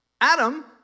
Adam